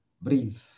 breathe